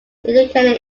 educated